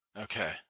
Okay